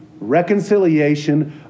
Reconciliation